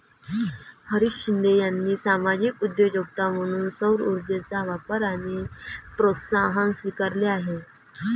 हरीश शिंदे यांनी सामाजिक उद्योजकता म्हणून सौरऊर्जेचा वापर आणि प्रोत्साहन स्वीकारले आहे